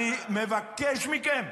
אני מבקש מכם.